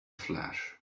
flash